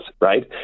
right